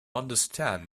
understand